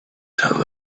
tell